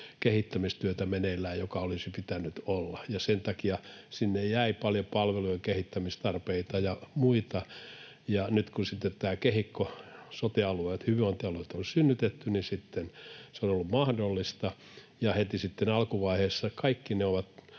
kehittämistyötä meneillään, joka olisi pitänyt olla, ja sen takia sinne jäi paljon palvelujen kehittämistarpeita ja muita. Nyt kun sitten tämä kehikko — sote-alueet, hyvinvointialueet — on synnytetty, se on ollut mahdollista, ja heti sitten alkuvaiheessa kaikki ne ovat